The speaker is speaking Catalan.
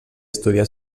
estudià